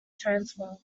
transfer